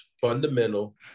fundamental